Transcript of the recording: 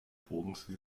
bodensee